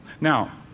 Now